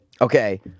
okay